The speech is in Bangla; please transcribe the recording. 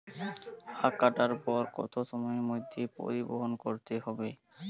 আখ কাটার পর কত সময়ের মধ্যে পরিবহন করতে হবে?